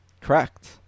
Correct